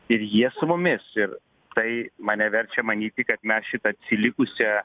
ir jie su mumis ir tai mane verčia manyti kad mes šitą atsilikusią